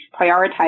prioritize